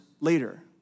later